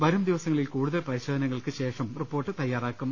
വരും ദിവസങ്ങളിൽ കൂടുതൽ പരിശോധനകൾക്കു ശേഷം റിപ്പോർട്ട് തയ്യാറാക്കും